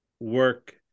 work